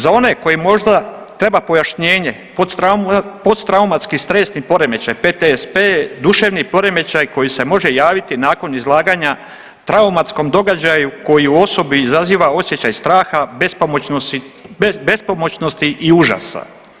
Za one koji možda treba pojašnjenje post reumatski stresni poremećaj PTS, duševni poremećaj koji se može javiti nakon izlaganja traumatskom događaju koji u osobi izaziva osjećaj straha, bespomoćnosti u užasa.